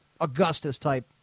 Augustus-type